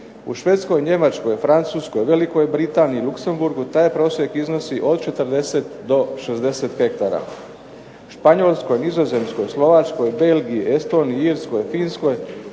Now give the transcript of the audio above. U Švedskoj, Njemačkoj, Francuskoj, Velikoj Britaniji, Luxemburgu taj prosjek iznosi od 40 do 60 hektara. Španjolskoj, Nizozemskoj, Slovačkoj, Belgiji, Estoniji, Irskoj, Finskoj